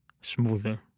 smoother